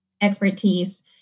expertise